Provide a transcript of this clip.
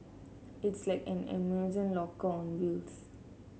it's like an Amazon lock on wheels